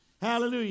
Hallelujah